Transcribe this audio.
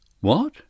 What